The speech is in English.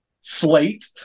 slate